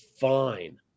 fine